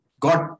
God